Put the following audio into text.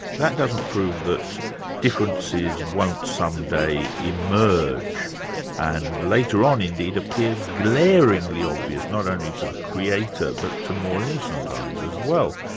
that doesn't prove that differences won't some day emerge and later on indeed, appear glaringly obvious, not only to the creator, but to more innocent eyes as well.